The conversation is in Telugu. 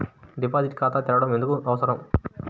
డిపాజిట్ ఖాతా తెరవడం ఎందుకు అవసరం?